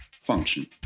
function